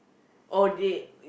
all day